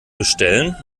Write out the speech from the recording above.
bestellen